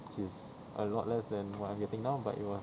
which is a lot less than what I'm getting now but it was